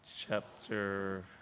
chapter